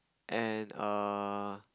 and err